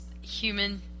human